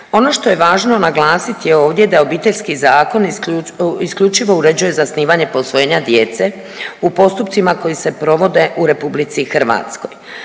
Ono što je važno naglasit je ovdje da Obiteljski zakon isključivo uređuje zasnivanje posvojenja djece u postupcima koji se provode u RH. Haška